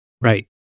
Right